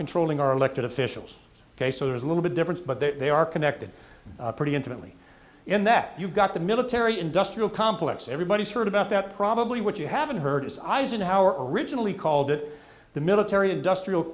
controlling our elected officials ok so there's a little bit difference but that they are connected pretty intimately in that you've got the military industrial complex everybody's heard about that probably what you haven't heard is eisenhower originally called it the military industrial